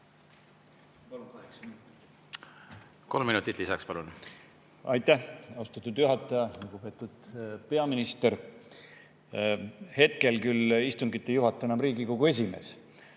kolm minutit lisaks! Aitäh, austatud juhataja! Lugupeetud peaminister! Hetkel küll istungit ei juhata enam Riigikogu esimees,